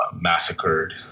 massacred